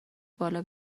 بالا